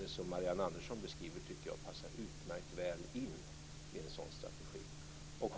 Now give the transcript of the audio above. Det som Marianne Andersson beskriver tycker jag passar utmärkt väl in i en sådan strategi.